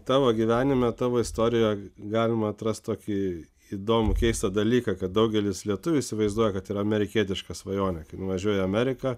tavo gyvenime tavo istorijoj galima atrast tokį įdomų keistą dalyką kad daugelis lietuvių įsivaizduoja kad ir amerikietišką svajonę kai nuvažiuoja į ameriką